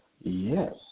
Yes